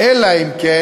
אלא אם כן